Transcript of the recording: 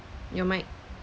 your mic